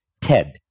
TED